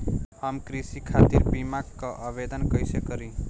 हम कृषि खातिर बीमा क आवेदन कइसे करि?